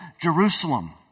Jerusalem